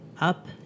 up